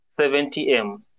70M